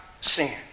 sin